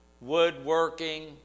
woodworking